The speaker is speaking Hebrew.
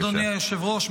אדוני היושב-ראש,